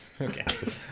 Okay